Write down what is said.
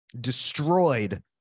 destroyed